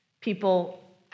people